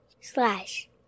slash